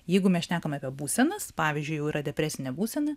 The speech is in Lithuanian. jeigu mes šnekam apie būsenas pavyzdžiui jau yra depresinė būsena